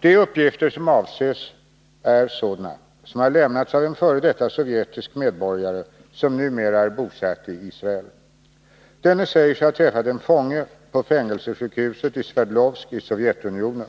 De uppgifter som avses är sådana som har lämnats av en f. d. sovjetisk medborgare, som numera är bosatt i Israel. Denne säger sig ha träffat en fånge på fängelsesjukhuset i Sverdlovsk i Sovjetunionen.